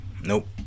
Nope